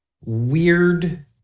weird